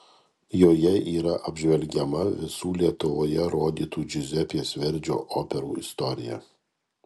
joje yra apžvelgiama visų lietuvoje rodytų džiuzepės verdžio operų istorija